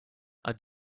our